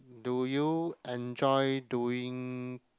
do you enjoy doing